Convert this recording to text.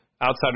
outside